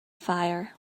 fire